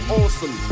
awesome